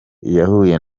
yahuye